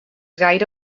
gaire